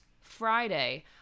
Friday